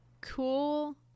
cool